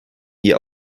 die